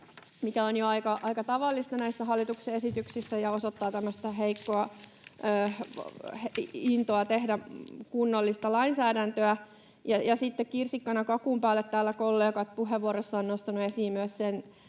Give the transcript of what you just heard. mikä on jo aika tavallista näissä hallituksen esityksissä ja osoittaa tämmöistä heikkoa intoa tehdä kunnollista lainsäädäntöä. Ja sitten kirsikkana kakun päälle täällä kollegat puheenvuoroissaan ovat nostaneet esiin myös sen